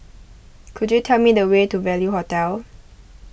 could you tell me the way to Value Hotel